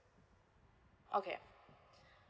okay